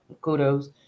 kudos